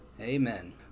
Amen